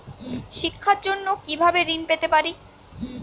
শিক্ষার জন্য কি ভাবে ঋণ পেতে পারি?